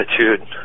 attitude